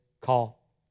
call